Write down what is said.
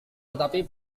tetapi